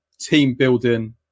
team-building